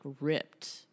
ripped